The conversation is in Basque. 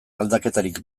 aldaketarik